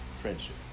friendship